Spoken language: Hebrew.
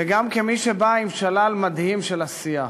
וגם כמי שבאה עם שלל מדהים של עשייה,